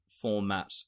format